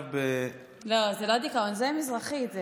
לא, זה לא דיכאון, זה מזרחי.